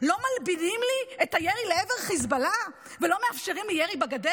לא מלבינים לי את הירי לעבר חיזבאללה ולא מאפשרים ירי בגדר?